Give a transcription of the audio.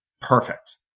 perfect